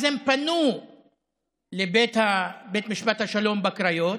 אז הם פנו לבית משפט השלום בקריות,